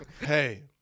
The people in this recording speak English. Hey